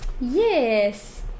Yes